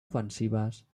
ofensives